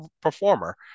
performer